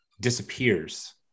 disappears